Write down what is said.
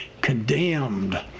condemned